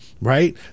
right